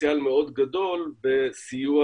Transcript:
פוטנציאל מאוד גדול בסיוע